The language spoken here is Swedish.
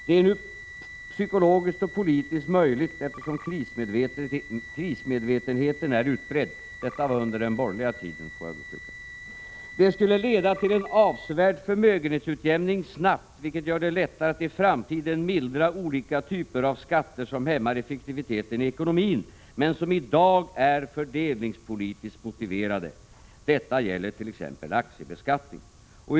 Det är nu psykologiskt och politiskt möjligt, eftersom krismedvetenheten är utbredd — detta var under den borgerliga tiden, får jag understryka. Det skulle leda till en avsevärd förmögenhetsutjämning snabbt, vilket gör det lättare att i framtiden mildra olika typer av skatter som hämmar effektiviteten i ekonomin men som i dag är fördelningspolitiskt motiverade. Detta gäller t.ex. aktiebeskattningen.